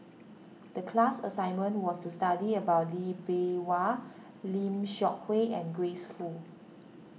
the class assignment was to study about Lee Bee Wah Lim Seok Hui and Grace Fu